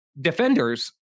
defenders